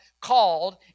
called